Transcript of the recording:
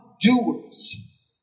doers